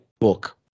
book